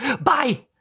Bye